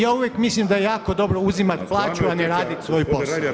Ja uvijek mislim da je jako dobro uzimati plaću, a ne radit svoj posao.